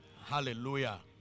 Hallelujah